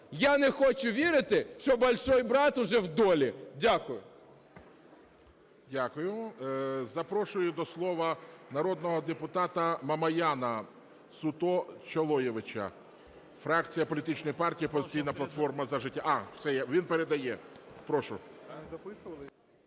Я не хочу вірити, що "большой брат" уже в долі. Дякую.